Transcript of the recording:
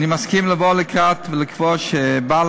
אני מסכים לבוא לקראת ולקבוע שלבעל